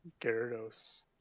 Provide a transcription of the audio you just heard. Gyarados